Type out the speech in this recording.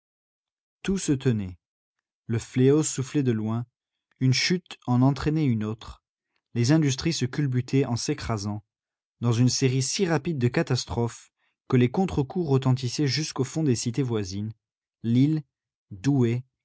tout se tenait le fléau soufflait de loin une chute en entraînait une autre les industries se culbutaient en s'écrasant dans une série si rapide de catastrophes que les contrecoups retentissaient jusqu'au fond des cités voisines lille douai